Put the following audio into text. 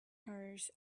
hers